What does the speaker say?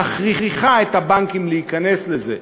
מכריחה את הבנקים להיכנס לזה,